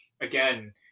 again